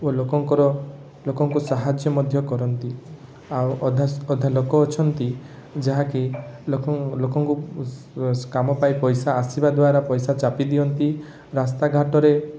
ଓ ଲୋକଙ୍କର ଲୋକଙ୍କୁ ସାହାଯ୍ୟ ମଧ୍ୟ କରନ୍ତି ଆଉ ଅଧା ଅଧା ଲୋକ ଅଛନ୍ତି ଯାହାକି ଲୋକ ଲୋକଙ୍କୁ କାମ ପାଇଁ ଆସିବା ଦ୍ୱାରା ପଇସା ଚାପି ଦିଅନ୍ତି ରାସ୍ତା ଘାଟରେ